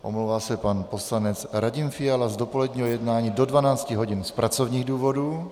Omlouvá se pan poslanec Radim Fiala z dopoledního jednání do 12 hodin z pracovních důvodů.